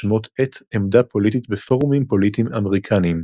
בשמות עט עמדה פוליטית בפורומים פוליטיים אמריקניים.